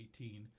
2018